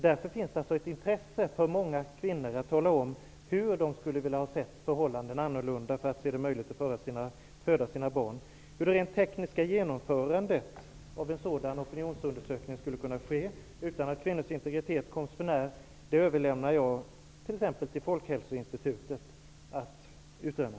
Det finns ett intresse för många kvinnor att tala om på vilket sätt förhållanden skulle vara annorlunda för att det skulle ha varit möjligt för dem att föda barn. Hur en sådan opinionsundersökning skall genomföras rent tekniskt utan att kvinnors integritet träds för när överlämnar jag till t.ex. Folkhälsoinstitutet att utröna.